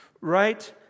right